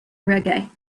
reggae